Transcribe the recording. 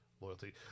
loyalty